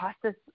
process